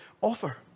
offer